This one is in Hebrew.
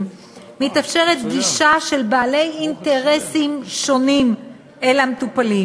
מתאפשרת גישה של בעלי אינטרסים שונים אל המטופלים.